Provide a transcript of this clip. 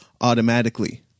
automatically